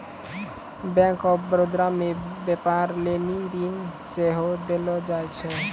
bank of Baroda मे व्यपार लेली ऋण सेहो देलो जाय छै